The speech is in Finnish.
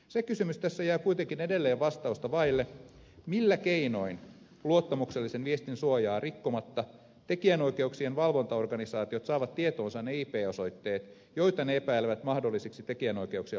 se kysymys tässä jää kuitenkin edelleen vastausta vaille millä keinoin luottamuksellisen viestin suojaa rikkomatta tekijänoikeuksien valvontaorganisaatiot saavat tietoonsa ne ip osoitteet joita ne epäilevät mahdollisiksi tekijänoikeuksien loukkaajiksi